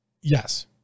yes